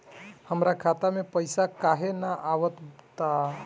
हमरा खाता में पइसा काहे ना आव ता?